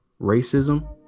racism